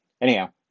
anyhow